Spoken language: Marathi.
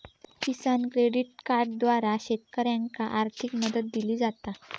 किसान क्रेडिट कार्डद्वारा शेतकऱ्यांनाका आर्थिक मदत दिली जाता